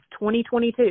2022